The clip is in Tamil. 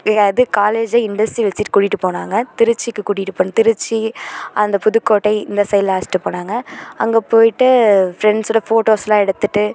எங்கள் இது காலேஜில் இண்டஸ்ட்ரியல் விசிட் கூட்டிகிட்டு போனாங்க திருச்சிக்கு கூட்டிகிட்டு போன திருச்சி அந்த புதுக்கோட்டை இந்த சைட்லாம் அழைச்சிட்டு போனாங்க அங்கே போயிட்டு ஃப்ரெண்ட்ஸோடு ஃபோட்டோஸ்லாம் எடுத்துவிட்டு